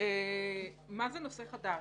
מה זה נושא חדש?